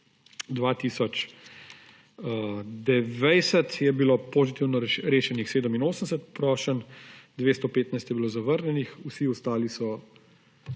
vsi ostali so